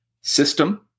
system –